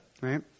right